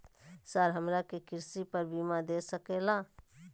Sir हमरा के कृषि पर बीमा दे सके ला?